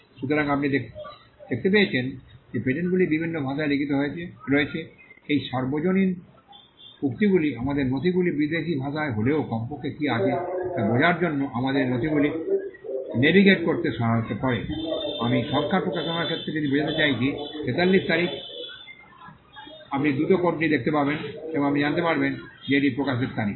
সুতরাং আপনি দেখতে পেয়েছেন যে পেটেন্টগুলি বিভিন্ন ভাষায় লিখিত রয়েছে এই সর্বজনীন উক্তিগুলি আমাদের নথিগুলি বিদেশী ভাষায় হলেও কমপক্ষে কী আছে তা বোঝার জন্য আমাদের এই নথিগুলি নেভিগেট করতে সহায়তা করে আমি সংখ্যার প্রকাশনার ক্ষেত্রে যদি বোঝাতে চাইছি 43 তারিখ আপনি দ্রুত কোডটি দেখতে পাবেন এবং আপনি জানতে পারবেন যে এটি প্রকাশের তারিখ